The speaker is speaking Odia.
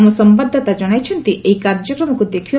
ଆମ ସମ୍ବାଦଦାତା ଜଣାଇଛନ୍ତି ଏହି କାର୍ଯ୍ୟକ୍ରମକୁ ଦେଖିବ